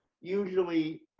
usually